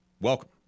Welcome